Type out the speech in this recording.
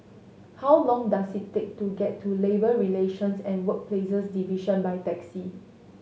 how long does it take to get to Labour Relations and Workplaces Division by taxi